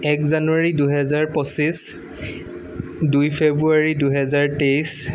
এক জানুৱাৰী দুহেজাৰ পঁচিছ দুই ফেব্ৰুৱাৰী দুহেজাৰ তেইছ